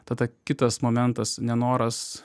tada kitas momentas nenoras